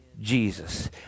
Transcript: Jesus